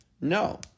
No